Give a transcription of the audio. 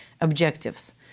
objectives